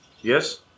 yes